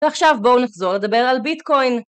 ועכשיו בואו נחזור לדבר על ביטקוין